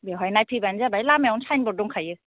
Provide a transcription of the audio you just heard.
बेवहाय नायफैबानो जाबाय लामायावनो साइन बर्ड दंखायो